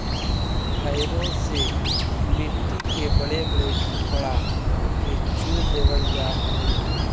harrow से मट्टी के बड़े बड़े टुकड़ा के चूर देवल जा हई